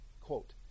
Quote